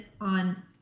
on